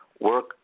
work